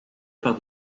par